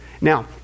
Now